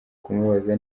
kumubaza